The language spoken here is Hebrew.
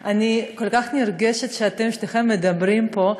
אני כל כך נרגשת שאתם שניכם מדברים פה,